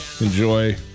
Enjoy